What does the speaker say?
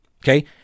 Okay